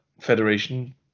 federation